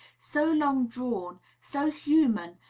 so long drawn, so human,